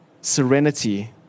serenity